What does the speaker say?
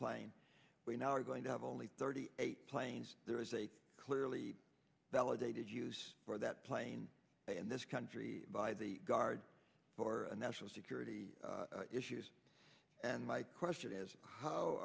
plane we now are going to have only thirty eight planes there is a clearly validated use for that plane in this country by the guard for national security issues and my question is how